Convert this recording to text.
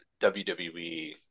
WWE